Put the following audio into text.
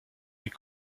les